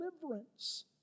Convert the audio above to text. deliverance